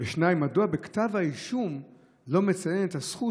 2. מדוע בכתב האישום לא מצוינים הזכות